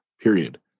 period